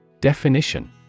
Definition